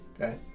Okay